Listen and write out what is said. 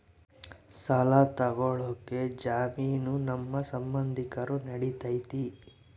ಸಾಲ ತೊಗೋಳಕ್ಕೆ ಜಾಮೇನು ನಮ್ಮ ಸಂಬಂಧಿಕರು ನಡಿತೈತಿ?